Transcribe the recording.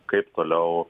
kaip toliau